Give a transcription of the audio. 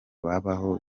babaho